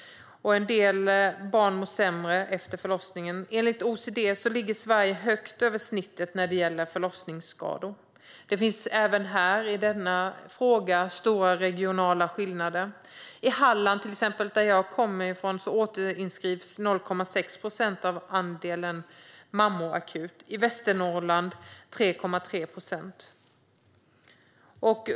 En del barn mår sämre efter förlossningen. Enligt OECD ligger Sverige högt över genomsnittet när det gäller förlossningsskador. Det finns stora regionala skillnader. I Halland, som jag kommer från, återinskrivs 0,6 procent av mammorna akut. I Västernorrland är siffran 3,3 procent.